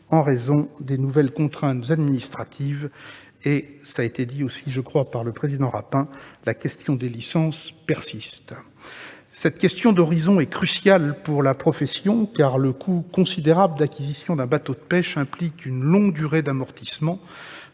en raison des nouvelles contraintes administratives. Comme l'a signalé Jean-François Rapin, la question des licences persiste. Cette question de l'horizon est cruciale pour la profession, car le coût considérable d'acquisition d'un bateau de pêche implique une longue durée d'amortissement.